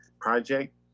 Project